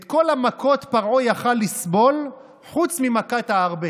את כל המכות פרעה היה יכול לסבול חוץ ממכת הארבה,